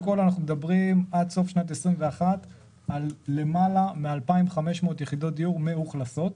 עד סוף שנת 2021 אנחנו מדברים על למעלה מ-2,500 יחידות דיור מאוכלסות.